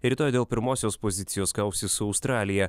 ir rytoj dėl pirmosios pozicijos kausis su australija